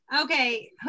Okay